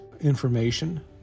information